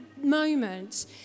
moment